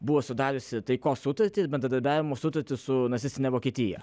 buvo sudariusi taikos sutartį bendradarbiavimo sutartį su nacistine vokietija